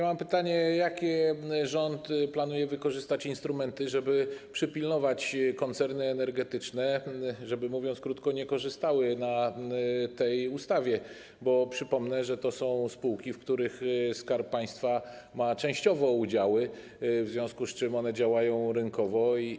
Mam pytanie, jakie rząd planuje wykorzystać instrumenty, żeby przypilnować koncerny energetyczne, żeby mówiąc krótko, nie korzystały na tej ustawie, bo przypomnę, że to są spółki, w których Skarb Państwa ma częściowo udziały, w związku z czym one działają rynkowo.